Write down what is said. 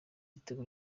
igitego